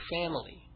family